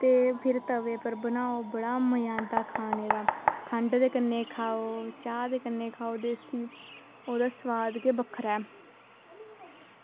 ते फिर तवे पर बनाओ बड़ा मज़ा आंदा खाने दा खंड दे कन्नै खाओ चाह् दे कन्नै खाओ देसी ओह्दा सोआद गै बक्खरा